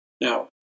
Now